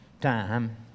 time